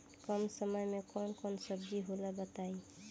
कम समय में कौन कौन सब्जी होला बताई?